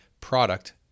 product